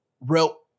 real